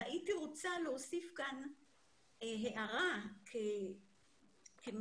הייתי רוצה להוסיף כאן הערה, כהיסטוריונית,